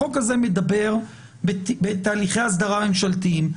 החוק הזה מדבר על תהליכי אסדרה ממשלתיים.